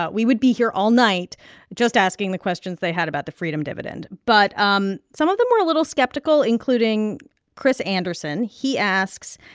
but we would be here all night just asking the questions they had about the freedom dividend. but um some of them were a little skeptical, including chris anderson. he asks,